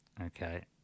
Okay